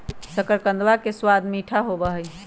शकरकंदवा के स्वाद मीठा होबा हई